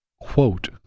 quote